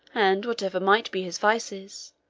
and whatever might be his vices,